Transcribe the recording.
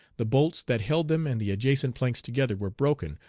the bolts that held them and the adjacent planks together were broken,